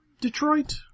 Detroit